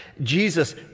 Jesus